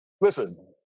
Listen